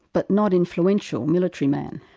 but not influential, military man.